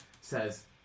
says